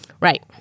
Right